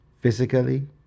Physically